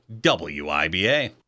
WIBA